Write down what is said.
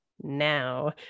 now